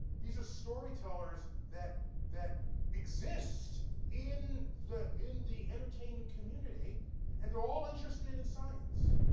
these are storytellers that that exist in the in the entertainment community and they're all interested in science.